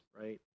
right